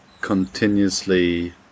continuously